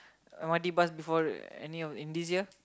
M_R_T bus before all any of in this year